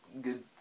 Good